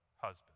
husband